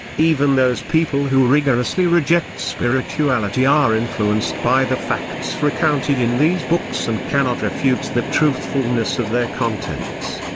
even those people who rigorously reject spirituality are influenced by the facts recounted in these books and cannot refute the truthfulness of their contents.